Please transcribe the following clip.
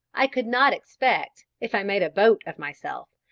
i could not expect, if i made a boat of myself,